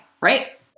right